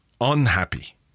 unhappy